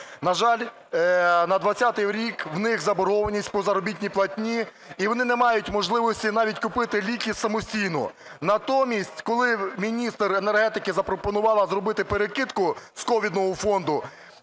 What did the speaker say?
На жаль, на 20-й рік у них заборгованість по заробітній платні, і вони не мають можливості навіть купити ліки самостійно. Натомість, коли міністр енергетики запропонувала зробити перекидку з ковідного фонду,